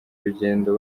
urugendo